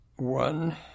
One